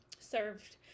served